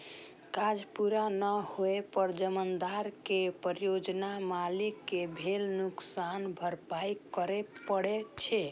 काज पूरा नै होइ पर जमानतदार कें परियोजना मालिक कें भेल नुकसानक भरपाइ करय पड़ै छै